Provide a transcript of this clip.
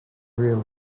grilled